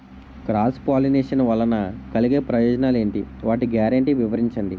Cross pollination వలన కలిగే ప్రయోజనాలు ఎంటి? వాటి గ్యారంటీ వివరించండి?